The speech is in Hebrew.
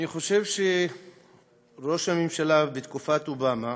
אני חושב שראש הממשלה בתקופת אובמה